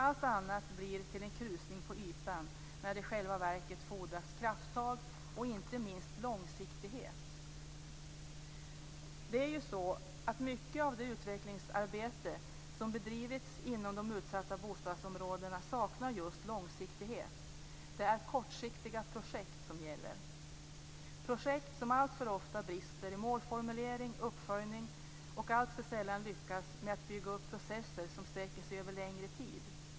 Allt annat blir till en krusning på ytan när det i själva verket fordras krafttag och inte minst långsiktighet. Det är ju så att mycket av det utvecklingsarbete som bedrivits inom de utsatta bostadsområdena saknar just långsiktighet. Det är kortsiktiga projekt som gäller, projekt som alltför ofta brister i målformulering och uppföljning och som alltför sällan lyckas med att bygga upp processer som sträcker sig över längre tid.